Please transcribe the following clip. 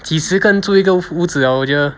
几时跟住一个屋子我觉得